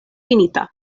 finita